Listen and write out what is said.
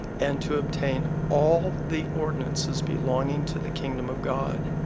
and to. obtain. all the ordinances belonging to the kingdom of god,